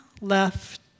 left